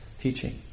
teaching